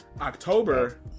October